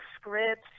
scripts